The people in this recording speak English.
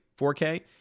4K